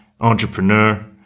entrepreneur